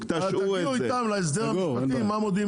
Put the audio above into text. תגיעו איתם להסדר המשפטי מה מודיעים